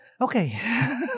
okay